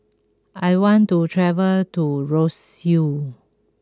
I want to travel to Roseau